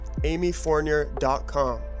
amyfournier.com